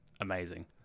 amazing